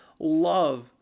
love